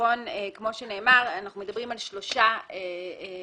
כעיקרון כמו שנאמר אנחנו מדברים על שלושה שלבים.